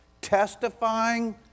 testifying